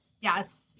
Yes